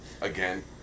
Again